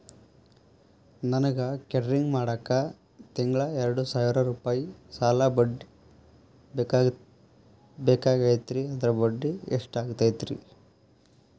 ನನಗ ಕೇಟರಿಂಗ್ ಮಾಡಾಕ್ ತಿಂಗಳಾ ಎರಡು ಸಾವಿರ ರೂಪಾಯಿ ಸಾಲ ಬೇಕಾಗೈತರಿ ಅದರ ಬಡ್ಡಿ ಎಷ್ಟ ಆಗತೈತ್ರಿ?